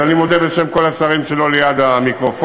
אז אני מודה בשם כל השרים שאינם ליד המיקרופון.